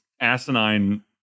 asinine